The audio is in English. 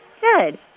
Good